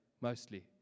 mostly